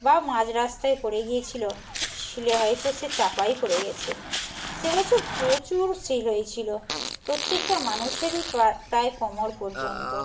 বা মাঝ রাস্তায় পড়ে গিয়েছিলো শিলে হয়তো সে চাপাই পড়ে গেছে সেবছর প্রচুর শিল হয়েছিলো প্রত্যেকটা মানুষেরই প্রায় কোমর পর্যন্ত